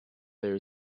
there